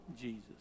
Jesus